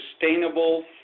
sustainable